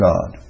God